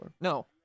No